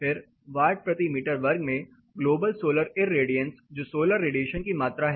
फिर वाट प्रति मीटर वर्ग में ग्लोबल सोलर इररेडियंस जो सोलर रेडिएशन की मात्रा है